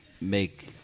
make